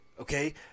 Okay